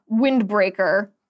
windbreaker